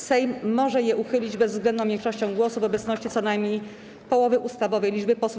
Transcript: Sejm może je uchylić bezwzględną większością głosów w obecności co najmniej połowy ustawowej liczby posłów.